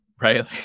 right